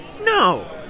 no